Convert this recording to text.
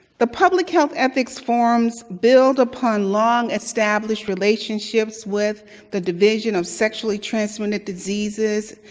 the public health ethics forums build upon long-established relationships with the division of sexually transmitted diseases,